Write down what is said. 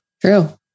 True